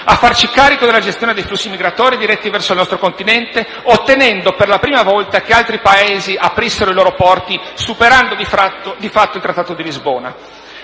a farci carico della gestione dei flussi migratori diretti verso il nostro Continente, ottenendo per la prima volta che altri Paesi aprissero i loro porti, superando di fatto il Trattato di Lisbona.